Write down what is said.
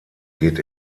geht